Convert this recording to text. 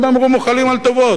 הם אמרו: מוחלים על טובות,